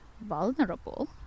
vulnerable